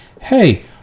hey